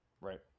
right